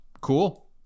Cool